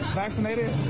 vaccinated